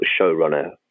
showrunner